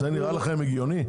זה נראה לכם הגיוני?